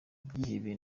ibyihebe